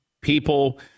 people